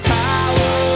power